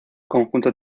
conjunto